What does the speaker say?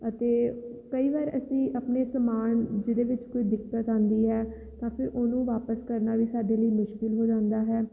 ਅਤੇ ਕਈ ਵਾਰ ਅਸੀਂ ਆਪਣੇ ਸਮਾਨ ਜਿਹਦੇ ਵਿੱਚ ਕੋਈ ਦਿੱਕਤ ਆਉਂਦੀ ਹੈ ਤਾਂ ਫਿਰ ਉਹਨੂੰ ਵਾਪਸ ਕਰਨਾ ਵੀ ਸਾਡੇ ਲਈ ਮੁਸ਼ਕਲ ਹੋ ਜਾਂਦਾ ਹੈ